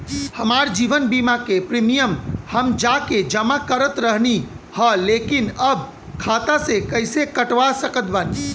हमार जीवन बीमा के प्रीमीयम हम जा के जमा करत रहनी ह लेकिन अब खाता से कइसे कटवा सकत बानी?